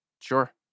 Sure